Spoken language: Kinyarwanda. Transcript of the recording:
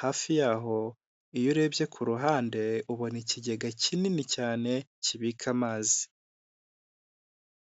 hafi yaho, iyo urebye ku ruhande ubona ikigega kinini cyane kibika amazi.